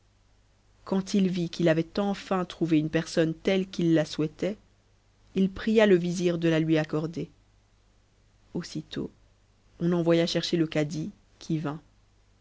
quand il vit qu'il avait enfin trouvé une personne telle qu'il la souhaitait il pria le vizir de la lui accorder aussitôt on envoya chercher le cadi qui vint